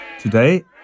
Today